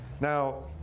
Now